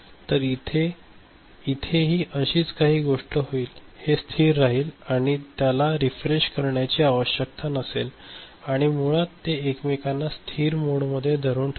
तर इथेही अशीच काही गोष्ट होईल हे स्थिर राहील आणि त्याला रिफ्रेश करण्याची आवश्यकता नसेल आणि मुळात ते एकमेकांना स्थिर मोडमध्ये धरून ठेवेल